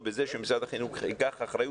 עם מטפלים שהם זקוקים להם והם באמת יוכלו להתחיל